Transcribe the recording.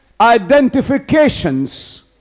identifications